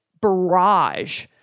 barrage